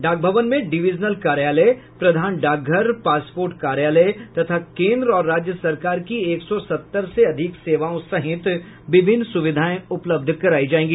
डाक भवन में डिविजनल कार्यालय प्रधान डाकघर पासपोर्ट कार्यालय तथा केन्द्र और राज्य सरकार की एक सौ सत्तर से अधिक सेवाओं सहित विभिन्न सुविधाएं उपलब्ध करायी जायेंगी